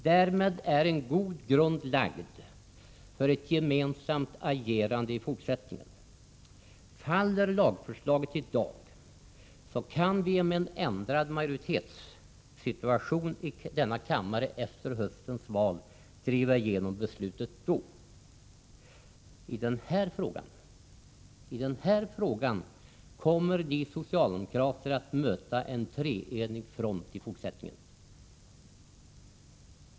Därmed är en god grund lagd för ett gemensamt agerande i fortsättningen. Faller lagförslaget i dag, kan vi med en ändrad majoritetssituation i kammaren efter höstens val driva igenom beslutet då. I den här frågan kommer ni socialdemokrater att möta en treenig front i fortsättningen.